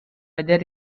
veder